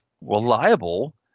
reliable